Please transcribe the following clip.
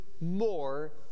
more